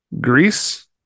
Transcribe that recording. Greece